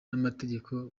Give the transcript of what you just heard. n’amategeko